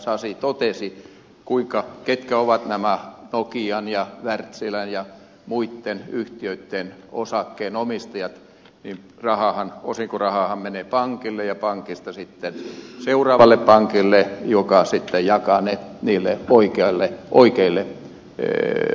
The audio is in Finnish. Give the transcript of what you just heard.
sasi totesi ketkä ovat nämä nokian ja wärtsilän ja muitten yhtiöitten osakkeenomistajat niin osinkorahahan menee pankille ja pankista sitten seuraavalle pankille joka sitten jakaa ne niille oikeille omistajille